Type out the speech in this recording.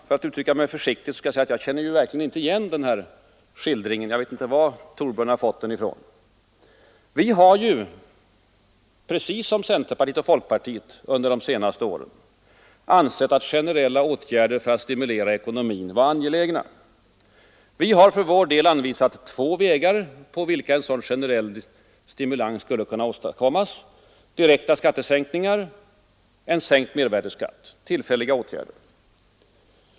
För att uttrycka mig försiktigt vill jag säga att jag verkligen inte känner igen moderata samlingspartiet i den här skildringen — jag vet inte varifrån Thorbjörn Fälldin har fått den. Vi har, precis som centern och folkpartiet under de senaste åren, ansett generella åtgärder för att stimulera ekonomin angelägna. Vi har för vår del anvisat två vägar, på vilka en sådan generell stimulans genom tillfälliga åtgärder skulle kunna åstadkommas: direkta skattesänkningar, sänkt mervärdeskatt.